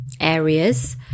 areas